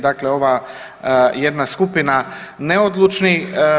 Dakle, ova jedna skupina neodlučnih.